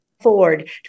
Ford